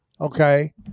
okay